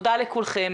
תודה לכולכם.